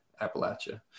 Appalachia